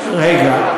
רגע.